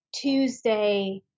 Tuesday